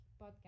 podcast